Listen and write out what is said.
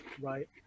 Right